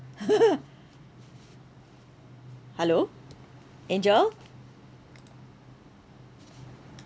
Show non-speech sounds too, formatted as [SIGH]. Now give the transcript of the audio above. [LAUGHS] hello angel